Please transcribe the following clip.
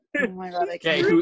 Okay